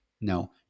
no